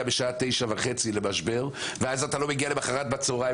בשעה 9:30 למשבר ואז אתה לא מגיע למוחרת בצוהריים